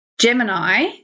Gemini